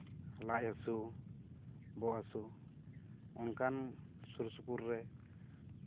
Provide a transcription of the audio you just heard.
ᱞᱟᱡ ᱦᱟᱹᱥᱩ ᱵᱚᱦᱚᱜ ᱦᱟᱹᱥᱩ ᱚᱱᱠᱟᱱ ᱥᱩᱨ ᱥᱩᱯᱩᱨ ᱨᱮ